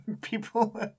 people